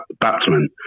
batsman